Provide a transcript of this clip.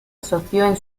asoció